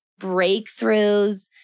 breakthroughs